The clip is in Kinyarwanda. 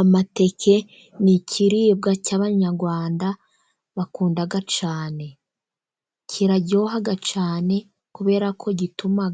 Amateke ni ikiribwa cy'abanyarwanda bakunda cyane, kiraryoha cyane kubera ko gituma